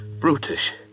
brutish